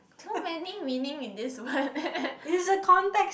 too many meaning in this word